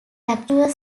capture